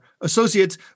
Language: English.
associates